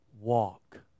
Walk